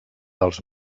dels